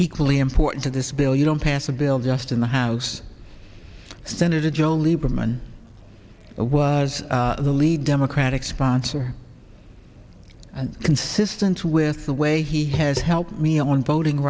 equally important to this bill you don't pass a bill just in the house senator joe lieberman was the lead democratic sponsor and consistent with the way he has helped me on voting